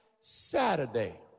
Saturday